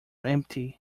empty